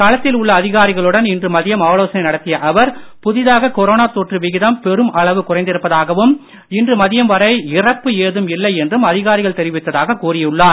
களத்தில் உள்ள அதிகாரிகளுடன் இன்று மதியம் ஆலோசனை நடத்திய அவர் புதிதாக கொரோனா தொற்று விகிதம் பெரும் அளவு குறைந்திருப்பதாகவும் இன்று மதியம் வரை இறப்பு ஏதம் இல்லை என்றும் அதிகாரிகள் தெரிவித்ததாக கூறியுள்ளார்